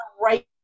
right